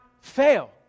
fail